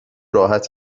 راحت